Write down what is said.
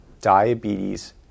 diabetes